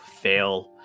fail